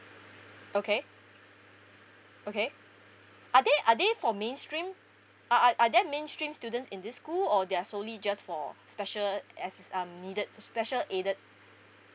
okay okay are they are they for mainstream are are are there mainstream students in this school or they are solely just for special assist~ uh needed special aided